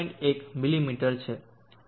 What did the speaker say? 1 મીમી છે